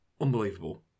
unbelievable